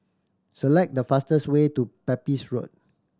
select the fastest way to Pepys Road